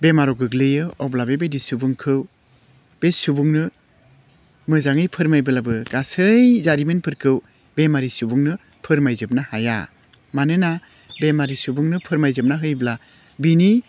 बेमाराव गोग्लैयो अब्ला बेबायदि सुबुंखौ बे सुबुंनो मोजाङै फोरमायब्लाबो गासै जारिमिनफोरखौ बेमारि सुबुंनो फोरमायजोबनो हाया मानोना बेमारि सुबुंनो फोरमायजोबना होयोब्ला बिनि